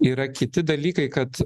yra kiti dalykai kad